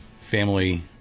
family